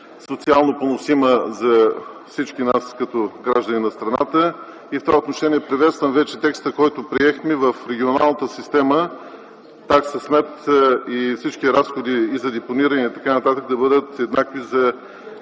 социално поносима за всички нас като граждани на страната. В това отношение приветствам вече текста, който приехме, в регионалната система такса смет и всички разходи и за депониране и т.н., да бъдат еднакви за